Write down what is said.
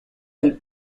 del